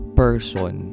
person